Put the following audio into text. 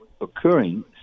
occurring